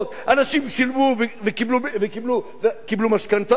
אנשים שילמו וקיבלו משכנתאות,